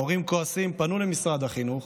ההורים הכועסים פנו למשרד החינוך,